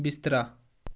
बिस्तरा